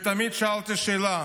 ותמיד שאלתי שאלה: